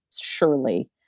surely